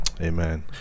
amen